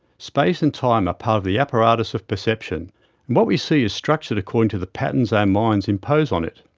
space and time are part of the apparatus of perception, and what we see is structured according to the patterns our minds impose on it.